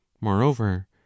moreover